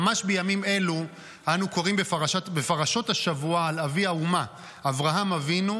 ממש בימים אלו אנו קוראים בפרשות השבוע על אבי האומה אברהם אבינו,